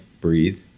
breathe